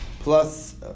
plus